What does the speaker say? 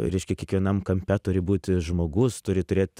reiškia kiekvienam kampe turi būti žmogus turi turėt